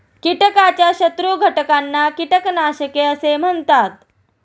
कीटकाच्या शत्रू घटकांना कीटकनाशके असे म्हणतात